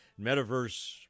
Metaverse